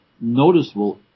noticeable